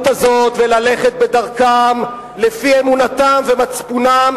הזאת וללכת בדרכם לפי אמונתם ומצפונם,